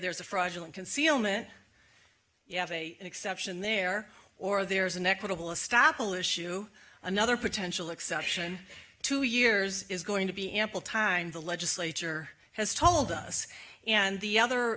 there is a fraudulent concealment you have a exception there or there is an equitable establish you another potential accession to yours is going to be ample time the legislature has told us and the other